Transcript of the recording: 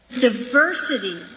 Diversity